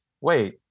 wait